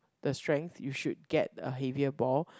the strength you should get a heavier ball